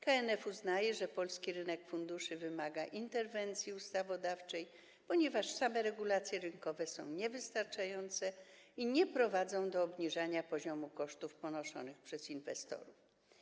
KNF uznaje, że polski rynek funduszy wymaga interwencji ustawodawczej, ponieważ same regulacje rynkowe są niewystarczające i nie prowadzą do obniżania poziomu kosztów ponoszonych przez inwestorów.